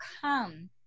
come